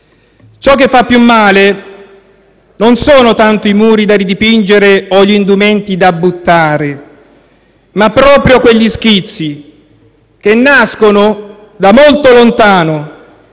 Ciò che fa più male non sono tanto i muri da ridipingere o gli indumenti da buttare, ma proprio quegli schizzi, che nascono da molto lontano